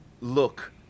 look